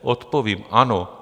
Odpovím ano.